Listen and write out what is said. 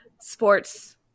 sports